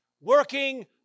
working